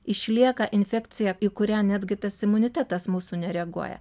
išlieka infekcija į kurią netgi tas imunitetas mūsų nereaguoja